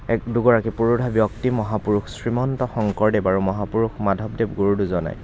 এক দুগৰাকী পুৰোধা ব্যক্তি মহাপুৰুষ শ্ৰীমন্ত শংকৰদেৱ আৰু মহাপুৰুষ মাধৱদেৱ গুৰু দুজনাই